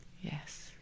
yes